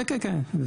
כן, כן.